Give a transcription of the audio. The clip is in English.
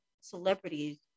celebrities